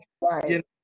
Right